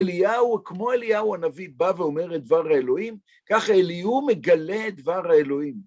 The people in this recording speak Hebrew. אליהו, כמו אליהו הנביא בא ואומר את דבר האלוהים, כך אליהוא מגלה את דבר האלוהים.